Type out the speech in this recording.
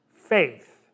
faith